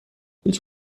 هیچ